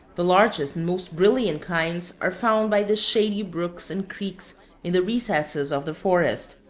the largest and most brilliant kinds are found by the shady brooks and creeks in the recesses of the forest,